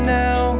now